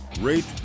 rate